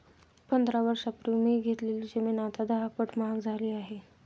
पंधरा वर्षांपूर्वी मी घेतलेली जमीन आता दहापट महाग झाली आहे